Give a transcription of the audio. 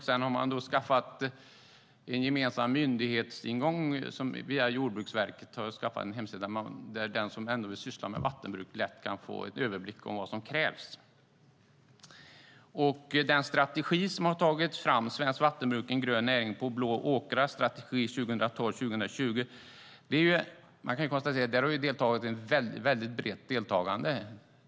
Sedan har man skaffat en gemensam myndighetsingång via Jordbruksverket på hemsidan, där den som vill syssla med vattenbruk lätt kan få en överblick över vad som krävs. Den strategi som har tagits fram, Svenskt vattenbruk - en grön näring på blå åkrar, Strategi 2012-2020 , har haft ett mycket brett deltagande.